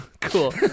cool